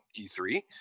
E3